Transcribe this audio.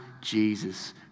Jesus